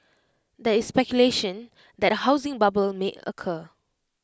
there is speculation that A housing bubble may occur